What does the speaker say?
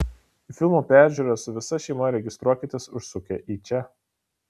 į filmo peržiūrą su visa šeima registruokitės užsukę į čia